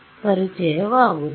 ಪರಿಚಯವಾಗುತ್ತದೆ